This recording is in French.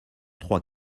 trois